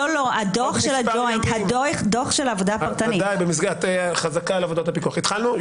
או פרטניים או